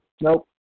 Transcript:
Nope